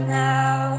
now